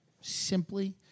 simply